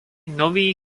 nový